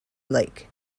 lake